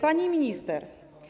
Pani Minister!